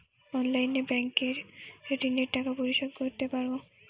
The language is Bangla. অনলাইনে ব্যাংকের ঋণের টাকা পরিশোধ করতে পারবো?